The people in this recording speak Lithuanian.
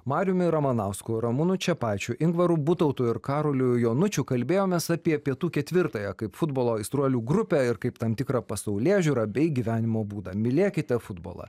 mariumi ramanausku ramūnu čepaičiu ingvaru butautu ir karoliu jonučiu kalbėjomės apie pietų ketvirtąją kaip futbolo aistruolių grupę ir kaip tam tikrą pasaulėžiūrą bei gyvenimo būdą mylėkite futbolą